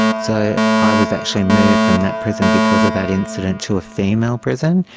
so i was actually moved from that prison because of that incident to a female prison,